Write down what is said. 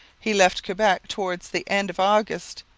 he left quebec towards the end of august,